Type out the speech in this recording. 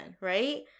right